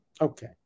Okay